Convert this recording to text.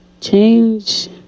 change